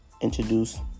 introduce